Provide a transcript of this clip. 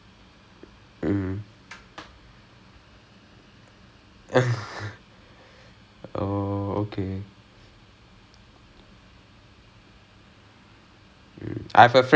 apparently the subject was like no no you're not cool for this subject and like okay okay but ya so அந்த மாதிரி:antha maathiri so இப்போ எல்லாம்:ippo ellaam I'm not thinking about it right now these days ah I'm just